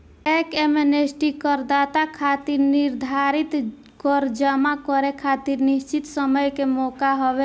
tax amnesty करदाता खातिर निर्धारित कर जमा करे खातिर निश्चित समय के मौका हवे